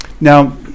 Now